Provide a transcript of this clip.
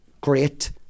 great